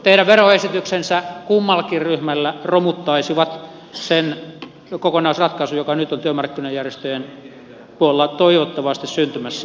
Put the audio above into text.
teidän veroesityksenne kummallakin ryhmällä romuttaisivat sen kokonaisratkaisun joka nyt on työmarkkinajärjestöjen puolella toivottavasti syntymässä